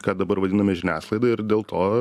ką dabar vadiname žiniasklaida ir dėl to